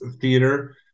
theater